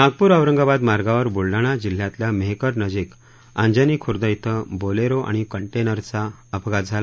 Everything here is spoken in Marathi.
नागपूर औरंगाबाद मार्गावर बूलडाणा जिल्ह्यातल्या मेहकरनजीक अंजनी खूर्द क्रि बोलेरो आणि कंटेनरचा अपघात झाला